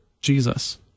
Jesus